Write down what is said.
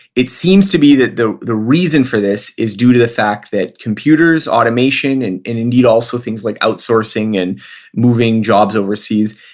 it seems to be that the the reason for this is due to the fact that computers, automation, and indeed also things like outsourcing and moving jobs overseas,